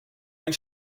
ein